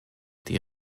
die